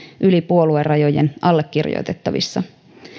yli puoluerajojen allekirjoitettavissa